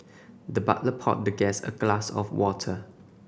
the butler poured the guest a glass of water